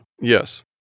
Yes